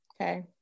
Okay